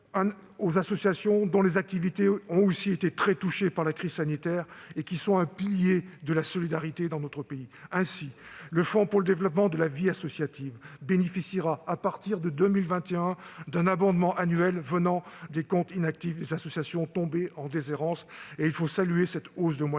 les associations, dont les activités ont été très touchées par la crise sanitaire et qui constituent un pilier de la solidarité dans notre pays. Ainsi, le Fonds pour le développement de la vie associative bénéficiera, à partir de 2021, d'un abondement annuel venant des comptes inactifs des associations tombées en déshérence- il faut saluer cette hausse de moyens.